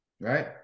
Right